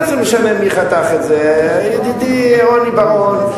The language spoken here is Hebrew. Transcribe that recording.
מה זה משנה מי חתך את זה, ידידי רוני בר-און?